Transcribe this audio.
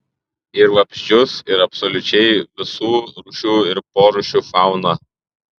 ir vabzdžius ir absoliučiai visų rūšių ir porūšių fauną